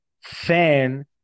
fan